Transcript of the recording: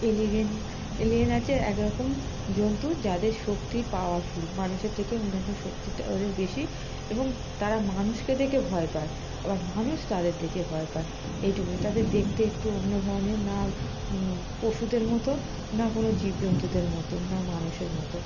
alien alien আছে এক রকম জন্তু যাদের শক্তি পাওয়ারফুল মানুষের থেকে অন্যান্য শক্তিটা ওদের বেশি এবং তারা মানুষকে দেখে ভয় পায় আবার মানুষ তাদের দেখে ভয় পায় এইটুকুনই তাদের দেখতে একটু অন্য ধরনের না পশুদের মতো না কোনো জীবজন্তুদের মতো না মানুষের মতো